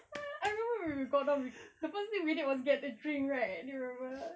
ah I remember when we got down the first thing we did was get a drink right do you remember